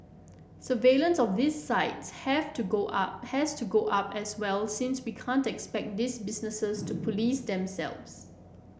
surveillance of these sites have to go up has to go up as well since we can't expect these businesses to police themselves